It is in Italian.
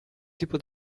tipo